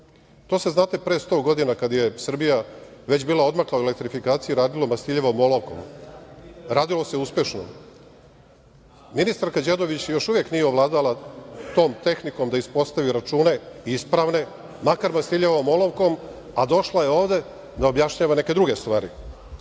To se, znate, pre 100 godina, kad je Srbija već bila odmakla u elektrofikaciji, radilo mastiljavom olovkom, radilo se uspešno. Ministarka Đedović još uvek nije ovladala tom tehnikom da ispostavi račune, ispravne, makar mastiljavom olovkom, a došla je ovde da objašnjava neke druge stvari. Najveću